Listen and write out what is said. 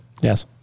Yes